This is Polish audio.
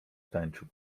tańczył